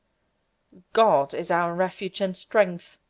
god is our refuge and strength,